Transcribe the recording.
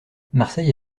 marseille